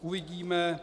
Uvidíme.